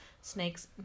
Snakes